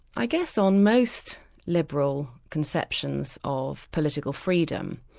i guess on most liberal conceptions of political freedom,